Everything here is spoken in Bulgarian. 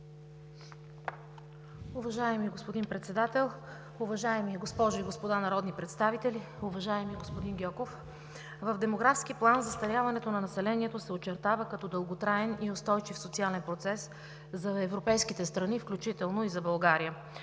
Уважаеми господин Председател, уважаеми госпожи и господа народни представители! Уважаеми господин Гьоков, в демографски план застаряването на населението се очертава като дълготраен и устойчив социален процес за европейските страни, включително и за България.